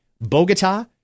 Bogota